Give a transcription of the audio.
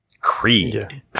Creed